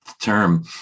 term